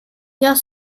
jag